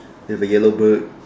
with a yellow bird